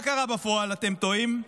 מה קרה בפועל, אתם תוהים?